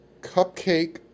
cupcake